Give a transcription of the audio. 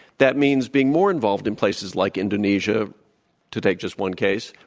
that means being more involved in places like indonesia to take just one case,